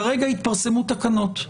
כרגע התפרסמו תקנות.